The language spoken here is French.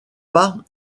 pas